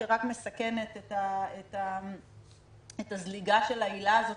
שרק מסכנת את הזליגה של העילה הזאת